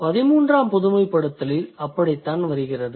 13ஆம் பொதுமைப்படுத்தலில் அப்படித்தான் வருகிறது